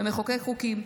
ומחוקק חוקים.